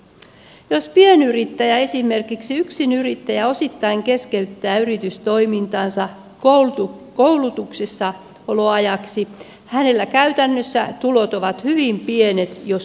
jos pienyrittäjä esimerkiksi yksinyrittäjä osittain keskeyttää yritystoimintansa koulutuksessaoloajaksi hänellä käytännössä tulot ovat hyvin pienet jos ollenkaan